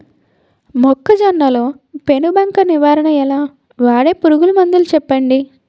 మొక్కజొన్న లో పెను బంక నివారణ ఎలా? వాడే పురుగు మందులు చెప్పండి?